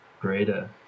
greater